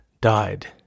died